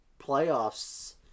playoffs